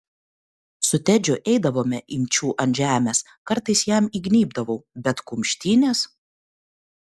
su tedžiu eidavome imčių ant žemės kartais jam įgnybdavau bet kumštynės